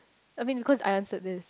I mean cause I answered this